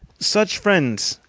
such friends,